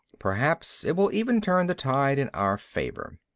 perhaps it will even turn the tide in our favor.